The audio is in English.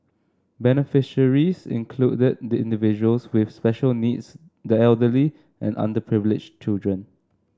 beneficiaries included the individuals with special needs the elderly and underprivileged children